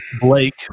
Blake